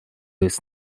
jest